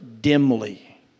dimly